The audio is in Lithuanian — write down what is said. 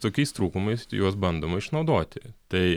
tokiais trūkumais juos bandoma išnaudoti tai